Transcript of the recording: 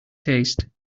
taste